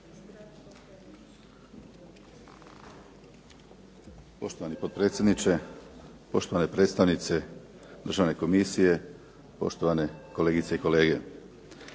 Poštovani potpredsjedniče, poštovane predstavnice Državne komisije, poštovane kolegice i kolege.